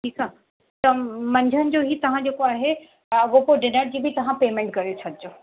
ठीकु आहे त मंझंदि जो ई तव्हां जेको आहे अॻो पोइ डिनर जी तव्हां पेमेंट करे छॾिजो